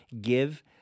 give